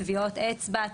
טביעות אצבע,